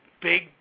big